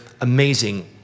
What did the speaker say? Amazing